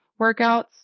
workouts